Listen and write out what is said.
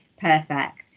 perfect